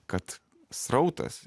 kad srautas